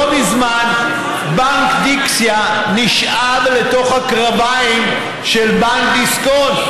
לא מזמן בנק דקסיה נשאב לתוך הקרביים של בנק דיסקונט.